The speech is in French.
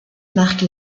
marque